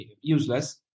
useless